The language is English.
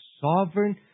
sovereign